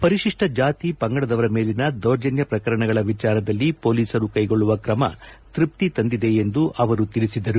ಪರಿಶಿಷ್ಟ ಜಾತಿ ಪಂಗಡದವರ ಮೇಲಿನ ದೌರ್ಜನ್ಯ ಪ್ರಕರಣಗಳ ವಿಚಾರದಲ್ಲಿ ಮೋಲಿಸರು ಕೈಗೊಳ್ಳುವ ತ್ರಮ ತೃಪ್ತಿ ತಂದಿದೆ ಎಂದು ಅವರು ತಿಳಿಸಿದರು